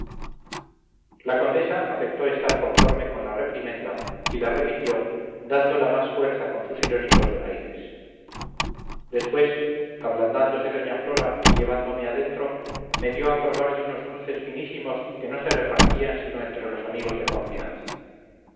la condesa afectó estar conforme con la reprimenda y la repitió dándola más fuerza con sus irónicos donaires después ablandándose doña flora y llevándome adentro me dio a probar de unos dulces finísimos que no se repartían sino entre los amigos de confianza